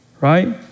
right